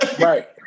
Right